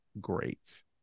great